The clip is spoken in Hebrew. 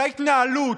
להתנהלות,